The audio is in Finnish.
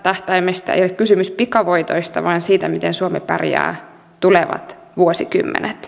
ei ole kysymys pikavoitoista vaan siitä miten suomi pärjää tulevat vuosikymmenet